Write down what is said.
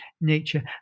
nature